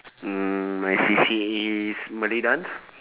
mm my C_C_A is malay dance